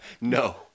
No